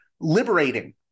liberating